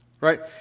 Right